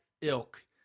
ilk